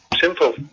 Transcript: Simple